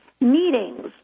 Meetings